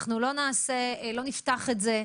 אנחנו לא נפתח את זה,